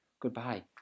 Goodbye